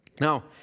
Now